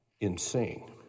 insane